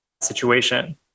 situation